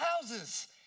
houses